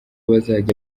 bazajya